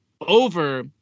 over